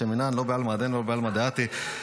מנן לא בעלמא הדין ולא בעלמא דאתי,